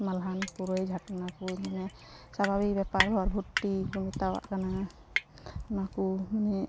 ᱢᱟᱞᱦᱟᱱ ᱯᱩᱨᱟᱹᱭ ᱚᱱᱟᱠᱚ ᱢᱟᱱᱮ ᱥᱟᱵᱷᱟᱵᱤᱠ ᱵᱮᱯᱟᱨ ᱵᱷᱚᱨᱵᱷᱚᱴᱤᱠᱚ ᱢᱮᱛᱟᱣᱟᱜ ᱠᱟᱱᱟ ᱚᱱᱟᱠᱚ ᱢᱟᱱᱮ